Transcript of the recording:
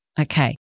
Okay